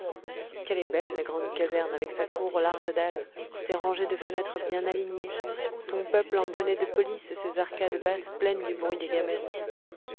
qu'elle est belle la grande caserne avec sa cour aux larges dalles ses rangées de fenêtres bien alignées son peuple en bonnet de police et ses arcades basses pleines du bruit des gamelles